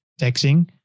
texting